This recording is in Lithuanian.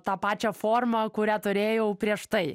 tą pačią formą kurią turėjau prieš tai